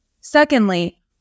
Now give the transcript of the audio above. Secondly